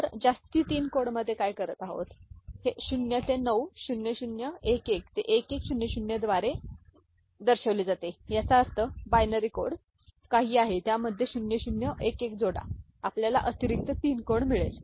तर जास्ती 3 कोडमध्ये काय करत आहेत हे 0 ते 9 0011 ते 1100 द्वारे दर्शविले जाते याचा अर्थ बायनरी कोड काहीही आहे त्यामध्ये 0011 जोडा आपल्याला अतिरिक्त 3 कोड मिळेल